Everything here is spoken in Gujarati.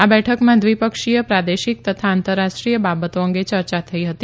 આ બેઠકમાં દ્વિપક્ષીય પ્રાદેશિક તથા આંતરરાષ્ટ્રીય બાબતો અંગે ચર્ચા થઈ હતી